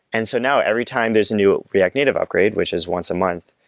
and so now every time there's a new react native upgrade, which is once a month,